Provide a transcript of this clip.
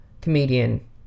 comedian